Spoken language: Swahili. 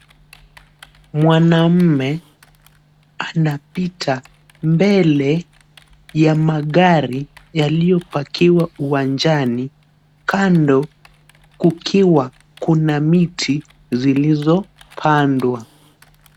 Mwanaume anapita mbele ya magari yaliyopakiwa uwanjani, kando kukiwa kuna miti zilizopandwa.